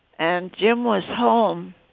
and jim was home.